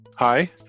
Hi